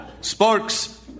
Sparks